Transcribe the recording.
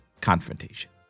confrontation